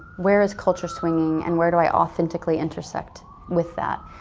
where is culture swinging and where do i authentically intersect with that?